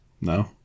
No